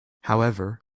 however